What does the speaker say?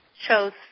shows